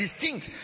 distinct